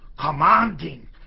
commanding